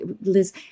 Liz